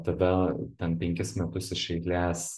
tave ten penkis metus iš eilės